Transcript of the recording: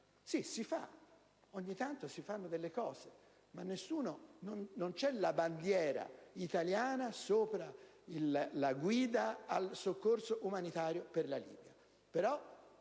umanitario. Ogni tanto si fa qualcosa, ma non c'è la bandiera italiana sopra la guida del soccorso umanitario per la Libia.